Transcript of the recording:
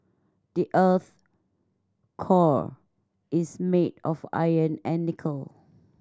the earth's core is made of iron and nickel